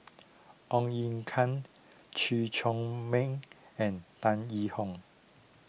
Ong Ye Kang Chew Chor Meng and Tan Yee Hong